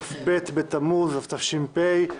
כ"ב בתמוז התש"ף,